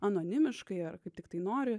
anonimiškai ar kaip tiktai nori